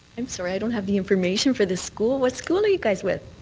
i'm sorry, i don't have the information for the school. what school are you guys with?